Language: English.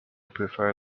prefer